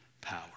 power